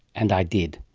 and i did.